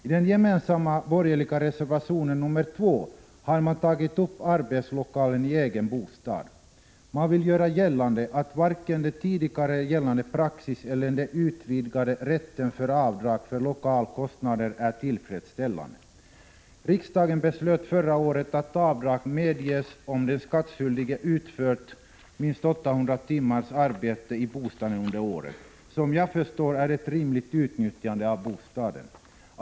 I den gemensamma borgerliga reservationen, nr 2, har man tagit upp arbetslokalen i egen bostad. Man vill göra gällande att varken den tidigare gällande praxis eller den utvidgade rätten för avdrag för lokalkostnader är tillfredsställande. Riksdagen beslöt förra året att avdrag medges om den skattskyldige utfört minst 800 timmars arbete i bostaden under året. Såvitt jag förstår är det ett rimligt utnyttjande av bostaden.